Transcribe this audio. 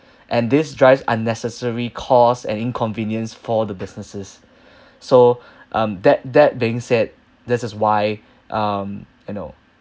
and this drives unnecessary cost and inconvenience for the businesses so um that that being said this is why um you know